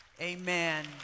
Amen